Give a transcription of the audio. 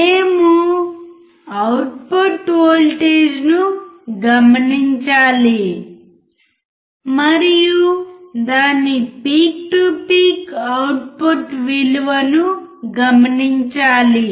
మేము అవుట్పుట్ వోల్టేజ్ను గమనించాలి మరియు దాని పీక్ టు పీక్ అవుట్పుట్ విలువను గమనించాలి